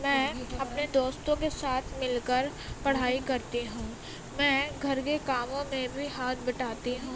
میں اپںے دوستوں کے ساتھ مل کر پڑھائی کرتی ہوں میں گھر کے کاموں میں بھی ہاتھ بٹاتی ہوں